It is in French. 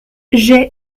j’ai